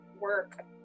work